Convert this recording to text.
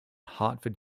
hartford